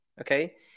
okay